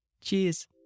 cheers